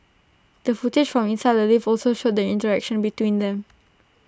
the footage from inside the lift also showed the interaction between them